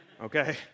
Okay